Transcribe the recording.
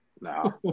No